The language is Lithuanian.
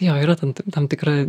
jo yra tam tam tikra